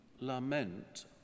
lament